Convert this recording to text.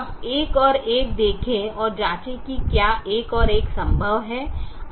अब 11 देखें और जांचें कि क्या 11 संभव है